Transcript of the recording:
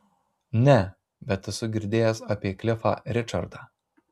ne bet esu girdėjęs apie klifą ričardą